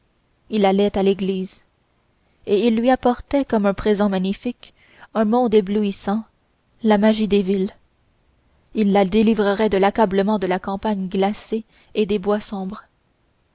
il allait à l'église et il lui apportait comme un présent magnifique un monde éblouissant la magie des villes il la délivrerait de l'accablement de la campagne glacée et des bois